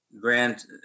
grant